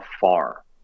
far